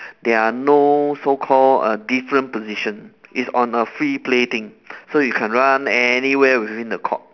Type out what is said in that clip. there are no so called a different position it's on a free play thing so you can run anywhere within the court